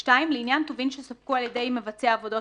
(2) לעניין טובין שסופקו על ידי מבצע עבודות